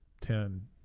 ten